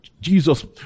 Jesus